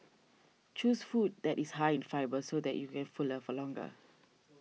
choose food that is high in fibre so that you can fuller for longer